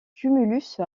tumulus